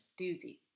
doozy